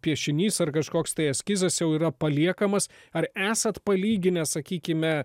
piešinys ar kažkoks tai eskizas jau yra paliekamas ar esat palyginęs sakykime